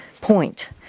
point